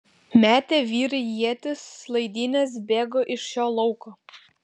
metė vyrai ietis laidynes bėgo iš šio lauko